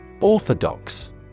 Orthodox